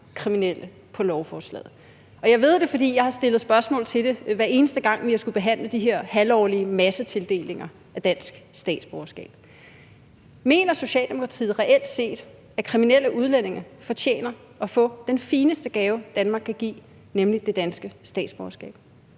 kriminelle på lovforslaget. Og jeg ved det, fordi jeg har stillet spørgsmål til det, hver eneste gang vi har skullet behandle de her halvårlige massetildelinger af dansk statsborgerskab. Mener Socialdemokratiet reelt set, at kriminelle udlændinge fortjener at få den fineste gave, Danmark kan give, nemlig det danske statsborgerskab?